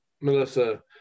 Melissa